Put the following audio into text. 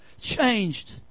changed